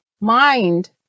mind